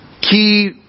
key